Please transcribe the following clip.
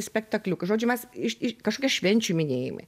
spektakliukai žodžiu mes iš iš kažkokie švenčių minėjimai